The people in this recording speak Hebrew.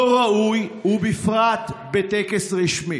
לא ראוי, ובפרט בטקס רשמי.